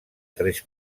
tres